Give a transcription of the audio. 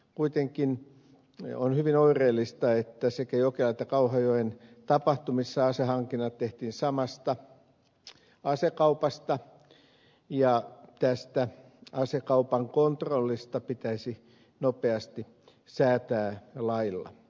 kuitenkin on hyvin oireellista että sekä jokelan että kauhajoen tapahtumissa asehankinnat tehtiin samasta asekaupasta ja tästä asekaupan kontrollista pitäisi nopeasti säätää lailla